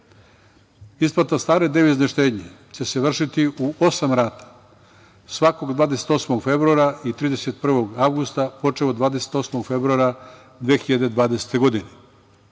Isplata stare devizne štednje će se vršiti u osam rata, svakog 28. februara i 31. avgusta, počev od 28. februara 2020. godine,